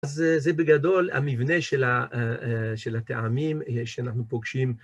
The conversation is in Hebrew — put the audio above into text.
אז זה בגדול המבנה של הטעמים שאנחנו פוגשים.